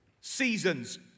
Seasons